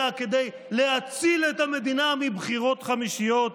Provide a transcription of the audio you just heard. אלא כדי "להציל את המדינה מבחירות חמישיות",